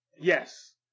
Yes